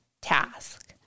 task